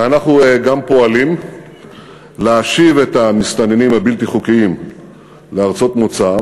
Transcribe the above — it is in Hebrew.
ואנחנו גם פועלים להשיב את המסתננים הבלתי-חוקיים לארצות מוצאם